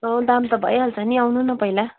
अँ दाम त भइहाल्छ नि आउनु न पहिला